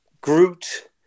Groot